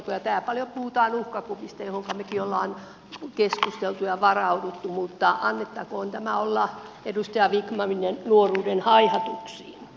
täällä paljon puhutaan uhkakuvista joista mekin olemme keskustelleet ja joihinka olemme varautuneet mutta annettakoon tämän olla edustaja vikmanin nuoruuden haihatuksia